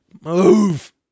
Move